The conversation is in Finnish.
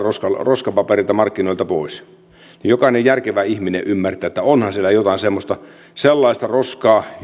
roskapapereita markkinoilta pois niin jokainen järkevä ihminen ymmärtää että onhan siellä jotain sellaista roskaa